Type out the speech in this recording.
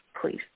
please